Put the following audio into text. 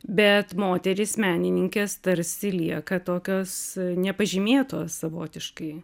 bet moterys menininkės tarsi lieka tokios nepažymėtos savotiškai